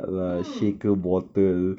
mm